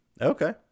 Okay